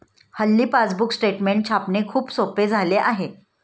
हल्ली passbook statement छापणे खूप सोपे झाले आहे